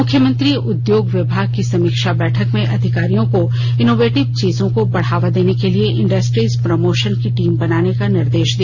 मुख्यमंत्री उद्योग विभाग की समीक्षा बैठक में अधिकारियों को इनोवेटिव चीजों को बढ़ावा देने के लिए इंडस्ट्रीज प्रमोशन की टीम बनाने का निर्देश दिया